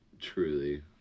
truly